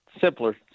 simpler